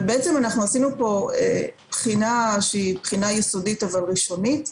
אבל עשינו בחינה יסודית ראשונית,